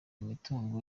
imitungo